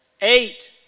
Eight